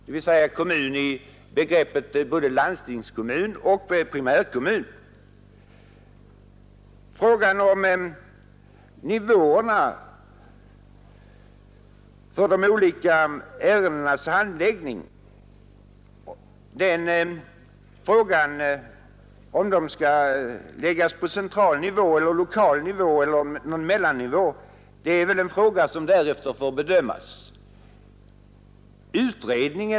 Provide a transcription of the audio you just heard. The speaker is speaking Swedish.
Med kommun avses här både landstingskommun och primärkommun. Frågan om nivåerna för de olika ärendenas handläggning — om ärendena skall handläggas på central nivå, lokal nivå eller mellannivå — får väl därefter bedömas.